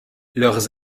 leurs